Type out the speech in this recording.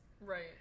right